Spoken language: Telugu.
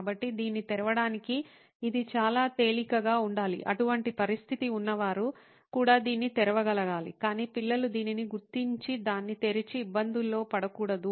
కాబట్టి దీన్ని తెరవడానికి ఇది చాలా తేలికగా ఉండాలి అటువంటి పరిస్థితి ఉన్నవారు కూడా దీన్ని తెరవగలగాలి కాని పిల్లలు దీనిని గుర్తించి దాన్ని తెరిచి ఇబ్బందుల్లో పడకూడదు